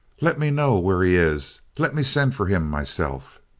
let me know where he is. let me send for him myself.